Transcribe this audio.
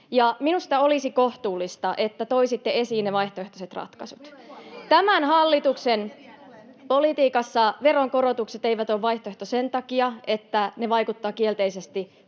Minusta olisi kohtuullista, että toisitte esiin ne vaihtoehtoiset ratkaisut. Tämän hallituksen politiikassa veronkorotukset eivät ole vaihtoehto sen takia, että ne vaikuttavat kielteisesti